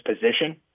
position